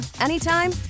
anytime